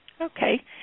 Okay